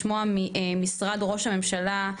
לשמוע ממשרד ראש הממשלה,